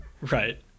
Right